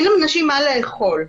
אין לנשים מה לאכול.